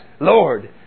Lord